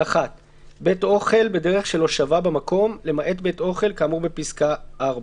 בית אוכל בדרך של הושבה במקום למעט בית אוכל כאמור בפסקה (4).